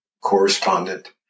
correspondent